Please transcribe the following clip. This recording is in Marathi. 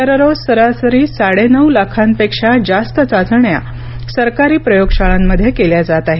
दररोज सरासरी साडेनऊ लाखांपेक्षा जास्त चाचण्या सरकारी प्रयोगशाळांमध्ये केल्या जात आहेत